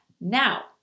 Now